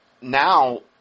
now